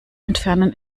entfernen